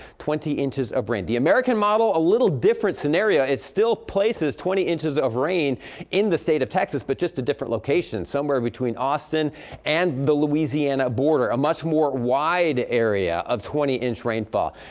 twenty inches of rain. the american model a little different scenario. it still places twenty inches of rain in the state of texas, but just a different location. somewhere between austin and the louisiana border. a much more wide area of twenty inch rainfall.